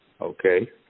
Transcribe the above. Okay